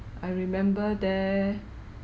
I remember there